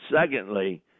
secondly